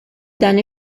dan